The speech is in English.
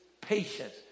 patience